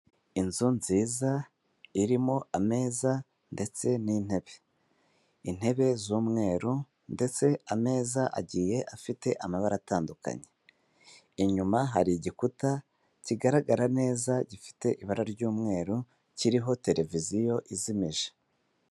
Inzu nziza irimo ameza ndetse n'intebe, intebe z'umweru ndetse ameza agiye afite amabara atandukanye, inyuma hari igikuta kigaragara neza gifite ibara ry'umweru kiriho televiziyo izimije.